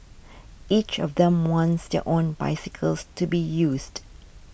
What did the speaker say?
each of them wants their own bicycles to be used